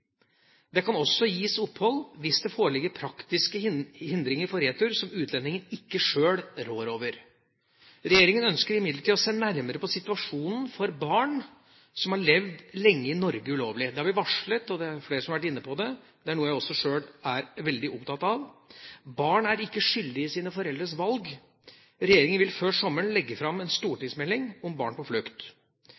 Det kan også gis opphold hvis det foreligger praktiske hindringer for retur som utlendingen ikke sjøl rår over. Regjeringa ønsker imidlertid å se nærmere på situasjonen for barn som har levd lenge i Norge ulovlig. Det har vi varslet, og flere har vært inne på det, og det er noe som jeg også sjøl er veldig opptatt av. Barn er ikke skyldig i sine foreldres valg. Regjeringa vil før sommeren legge fram en